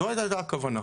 זאת הייתה הכוונה.